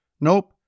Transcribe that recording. Nope